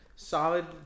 Solid